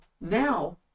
now